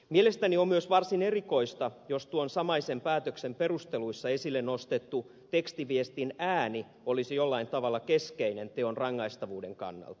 mielestäni on myös varsin erikoista jos tuon samaisen päätöksen perusteluissa esille nostettu tekstiviestin ääni olisi jollain tavalla keskeinen teon rangaistavuuden kannalta